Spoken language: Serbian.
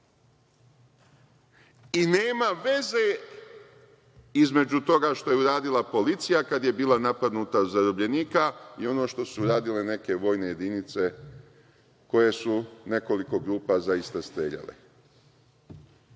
I nema veze između toga što je uradila policija kada je bila napadnuta od zarobljenika i ono što su uradile neke vojne jedinice koje su nekoliko grupa zaista streljale.